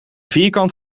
vierkant